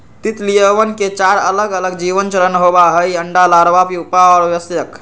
तितलियवन के चार अलगअलग जीवन चरण होबा हई अंडा, लार्वा, प्यूपा और वयस्क